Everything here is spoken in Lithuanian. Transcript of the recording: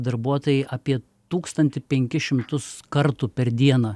darbuotojai apie tūkstantį penkis šimtus kartų per dieną